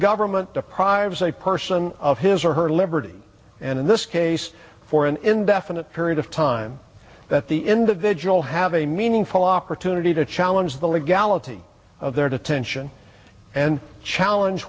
government deprives a person of his or her liberty and in this case for an indefinite period of time that the individual have a meaningful opportunity to challenge the legality of their detention and challenge